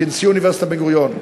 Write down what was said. כנשיא אוניברסיטת בן-גוריון.